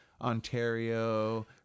Ontario